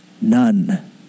none